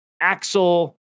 Axel